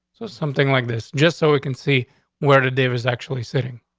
so something like this just so we can see where the davis actually sitting.